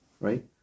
right